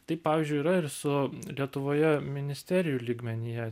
taip pavyzdžiui yra ir su lietuvoje ministerijų lygmenyje